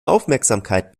aufmerksamkeit